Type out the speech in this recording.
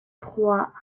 trois